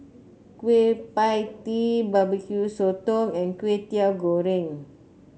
Kueh Pie Tee Barbecue Sotong and Kwetiau Goreng